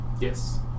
Yes